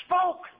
spoke